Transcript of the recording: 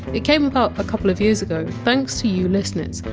it came about a couple of years ago, thanks to you listeners,